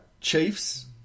Chiefs